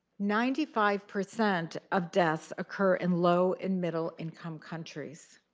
ninety five percent of deaths occur in low and middle-income countries.